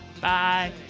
Bye